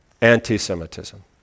anti-Semitism